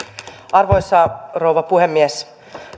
arvoisa rouva puhemies